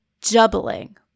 jubbling